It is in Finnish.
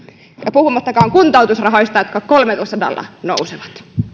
puhumattakaan kuntoutusrahoista jotka kolmellasadalla nousevat